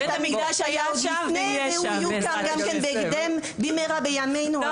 בית המקדש היה שם לפני והוא גם כן יוקם בהקדם במהרה בימנו.